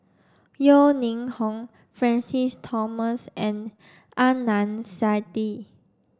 Yeo Ning Hong Francis Thomas and Adnan Saidi